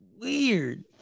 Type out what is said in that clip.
weird